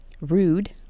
rude